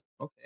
okay